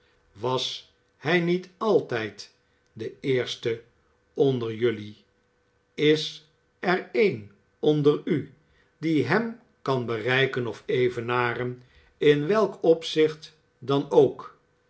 was hij niet a tijd de eerste onder jelui is er een onder u die hem kan bereiken of evenaren in welk opzicht dan ook